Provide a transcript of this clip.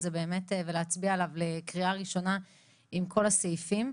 זה באמת ולהצביע עליו לקריאה ראשונה עם כל הסעיפים.